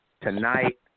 tonight